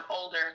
older